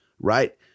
Right